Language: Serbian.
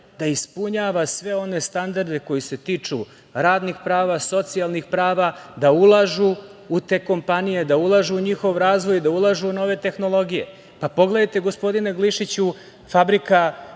da ispunjava sve one standarde koji se tiču radnih prava, socijalnih prava, da ulažu u te kompanije, da ulažu u njihov razvoj, da ulažu u nove tehnologije. Pogledajte, gospodine Glišiću, fabrika